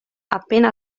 appena